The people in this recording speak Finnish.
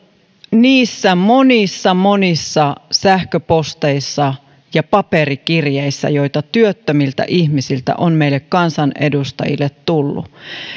niissä monissa monissa sähköposteissa ja paperikirjeissä joita työttömiltä ihmisiltä on meille kansanedustajille tullut